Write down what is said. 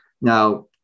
Now